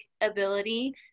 ability